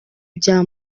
bya